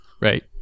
right